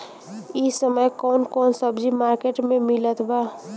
इह समय कउन कउन सब्जी मर्केट में मिलत बा?